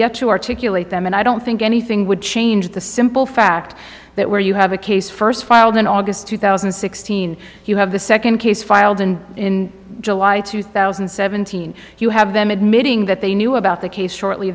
yet to articulate them and i don't think anything would change the simple fact that where you have a case first filed in august two thousand and sixteen you have the second case filed and in july two thousand and seventeen you have them admitting that they knew about the case shortly